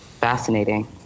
fascinating